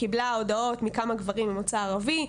קיבלה הודעות מכמה גברים ממוצא ערבי,